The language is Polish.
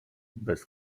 bez